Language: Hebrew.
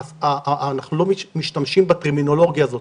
אנחנו לא משתמשים בטרמינולוגיה הזאת,